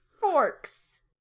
Forks